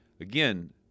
Again